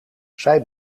zij